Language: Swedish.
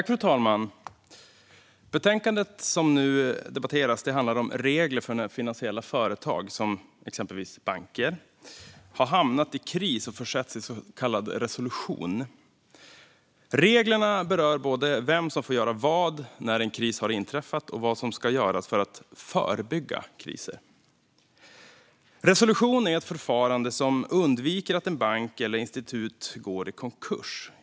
Fru talman! Det betänkande som nu debatteras handlar om regler för när finansiella företag, exempelvis banker, har hamnat i kris och försätts i så kallad resolution. Reglerna berör både vem som får göra vad när en kris har inträffat och vad som ska göras för att förebygga kriser. Resolution är ett förfarande som gör att en bank eller ett institut undviker att gå i konkurs.